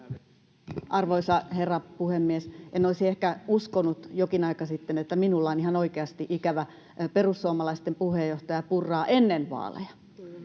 Arvoisa herra puhemies! En olisi ehkä uskonut jokin aika sitten, että minulla on ihan oikeasti ikävä perussuomalaisten puheenjohtaja Purraa ennen vaaleja.